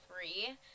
free –